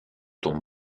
tombes